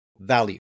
value